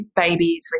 babies